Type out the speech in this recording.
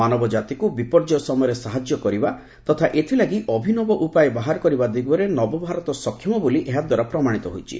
ମାନବ ଜାତିକୁ ବିପର୍ଯ୍ୟୟ ସମୟରେ ସାହାଯ୍ୟ କରିବା ତଥା ଏଥିଲାଗି ଅଭିବନ ଉପାୟ ବାହାର କରିବା ଦିଗରେ ନବଭାରତ ସକ୍ଷମ ବୋଲି ଏହାଦ୍ୱାରା ପ୍ରମାଣିତ ହୋଇଛି